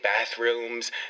bathrooms